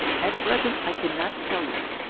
at present i cannot tell you.